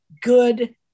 good